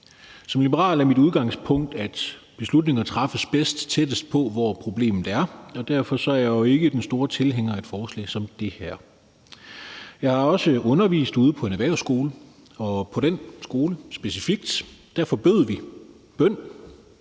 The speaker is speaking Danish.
Som liberal er mit udgangspunkt, at beslutninger træffes bedst tættest på, hvor problemet er, og derfor er jeg jo ikke den store tilhænger af et forslag som det her. Jeg har også undervist ude på en erhvervsskole, og specifikt på den skole forbød vi bøn,